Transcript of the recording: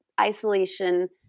isolation